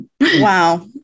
Wow